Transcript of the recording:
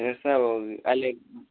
हेर्छु अब अहिले क्